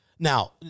Now